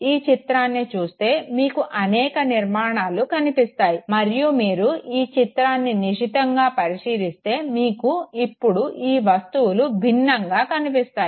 ఈ చిత్రాన్ని చూస్తే మీకు అనేక నిర్మాణాలు కనిపిస్తాయి మరియు మీరు ఈ చిత్రాన్ని నిశితంగా పరిశీలిస్తే మీకు ఇప్పుడు ఈ వస్తువులు భినంగా కనిపిస్తాయి